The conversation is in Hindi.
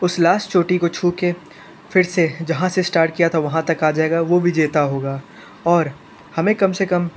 उस लास्ट चोटी को छू के फ़िर से जहाँ से स्टार्ट किया था वहाँ तक आ जाएगा वो विजेता होगा और हमें कम से कम